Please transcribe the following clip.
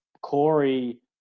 Corey